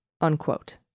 unquote